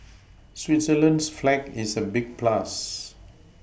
Switzerland's flag is a big plus